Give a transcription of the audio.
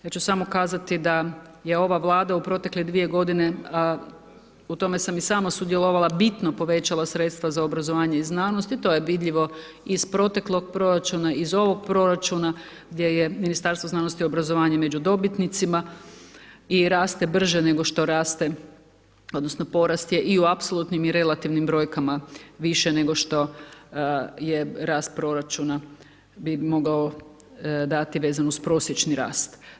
Ja ću samo kazati da je ova Vlada u protekle dvije godine, u tome sam i sama sudjelovala, bitno povećala sredstva za obrazovanje i znanost i to je vidljivo iz proteklog proračuna iz ovog proračuna gdje je Ministarstvo znanosti i obrazovanja među dobitnicima i raste brže nego što raste, odnosno porast je u apsolutnim i u relativnim brojkama više nego što je rast proračuna bi mogao dati vezan uz prosječni rast.